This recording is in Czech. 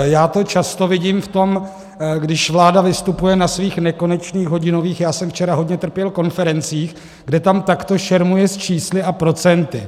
Já to často vidím v tom, když vláda vystupuje na svých nekonečných já jsem včera hodně trpěl konferencích, kde tam takto šermuje s čísly a procenty.